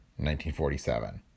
1947